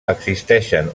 existeixen